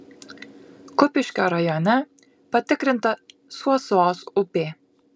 kupiškio rajone patikrinta suosos upė